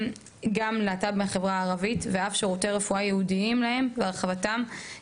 ללהט״ב מהחברה הערבית ואף שירותים שייעודיים עבורם והרחבת התאמות אלה,